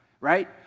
right